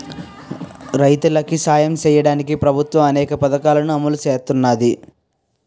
రైతులికి సాయం సెయ్యడానికి ప్రభుత్వము అనేక పథకాలని అమలు సేత్తన్నాది